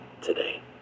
today